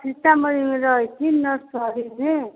सीतामढ़ीमे रहैत छी नर्सरीमे